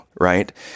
Right